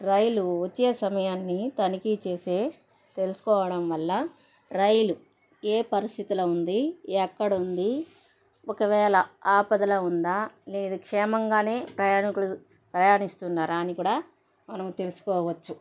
రైలు వచ్చే సమయాన్ని తనిఖీ చేసే తెలుసుకోవడం వల్ల రైలు ఏ పరిస్థితిలో ఉంది ఎక్కడ ఉంది ఒకవేళ ఆపదలో ఉందా లేదా క్షేమంగానే ప్రయాణికులు ప్రయాణిస్తున్నారా అని కూడా మనము తెలుసుకోవచ్చు